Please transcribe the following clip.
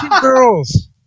girls